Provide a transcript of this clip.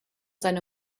seine